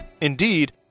Indeed